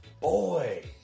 boy